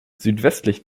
südwestlich